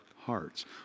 hearts